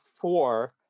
four